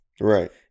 right